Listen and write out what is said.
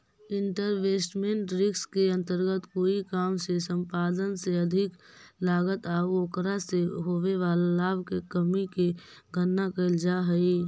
investment risk के अंतर्गत कोई काम के संपादन में अधिक लागत आउ ओकरा से होवे वाला लाभ के कमी के गणना कैल जा हई